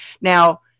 Now